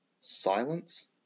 silence